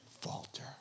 falter